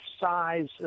size